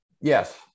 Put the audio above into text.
yes